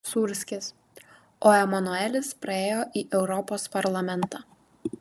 sūrskis o emanuelis praėjo į europos parlamentą